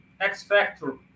X-Factor